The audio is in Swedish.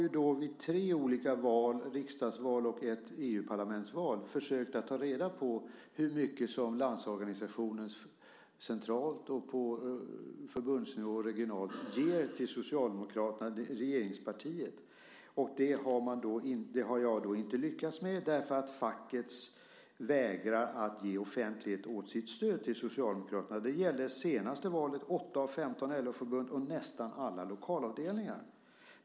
Jag har vid tre olika val - vid två riksdagsval och ett EU-parlamentsval - försökt att ta reda på hur mycket Landsorganisationen centralt, på förbundsnivå och regionalt ger till Socialdemokraterna, regeringspartiet. Det har jag inte lyckats med därför att facket vägrar att ge offentlighet åt sitt stöd till Socialdemokraterna. Det gäller det senaste valet och åtta av 15 LO-förbund och nästan alla lokalavdelningar.